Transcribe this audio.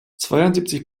zweiundsiebzig